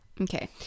Okay